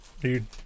dude